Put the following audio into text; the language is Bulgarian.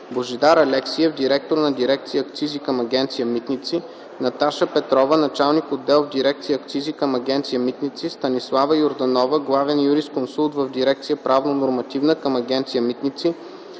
Божидар Алексиев – директор на дирекция „Акцизи” към Агенция „Митници”, Наташа Петрова – началник отдел в дирекция „Акцизи” към Агенция „Митници”, Станислава Йорданова – главен юрисконсулт в дирекция „Правно-нормативна” към Агенция „Митници”,